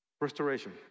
restoration